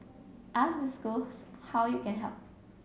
ask the schools how you can help